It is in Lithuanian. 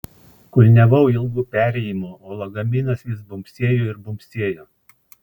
kulniavau ilgu perėjimu o lagaminas vis bumbsėjo ir bumbsėjo